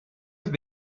have